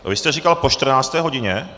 Vy jste říkal po 14. hodině?